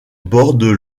bordent